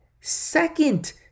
second